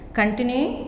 continue